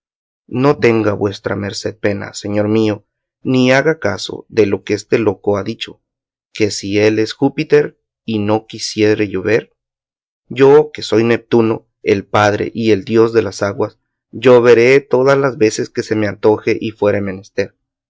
no tenga vuestra merced pena señor mío ni haga caso de lo que este loco ha dicho que si él es júpiter y no quisiere llover yo que soy neptuno el padre y el dios de las aguas lloveré todas las veces que se me antojare y fuere